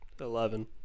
Eleven